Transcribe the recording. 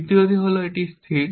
তৃতীয়টি হল এটি স্থির